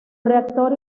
reactor